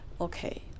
okay